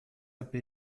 apl